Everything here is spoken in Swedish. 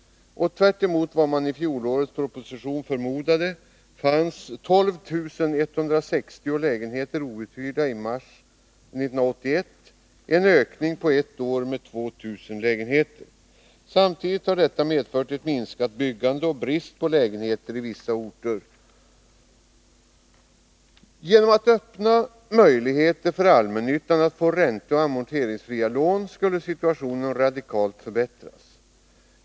Tvärtemot vad man i fjolårets proposition förmodade fanns det 12 160 lägenheter outhyrda i mars 1981, en ökning på ett år med 2 000 lägenheter. Samtidigt har detta medfört en minskning av byggandet och brist på lägenheter i vissa orter. Genom att öppna möjligheter för allmännyttan att få ränteoch amorteringsfria lån skulle situationen radikalt förbättras.